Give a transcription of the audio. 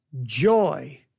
joy